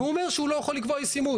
והוא אומר שהוא לא יכול לקבוע ישימות.